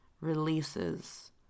releases